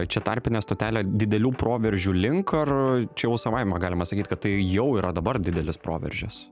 čia tarpinė stotelė didelių proveržių link ar čia jau savaime galima sakyt kad tai jau yra dabar didelis proveržis